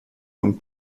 und